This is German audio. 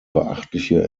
beachtliche